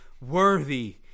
Worthy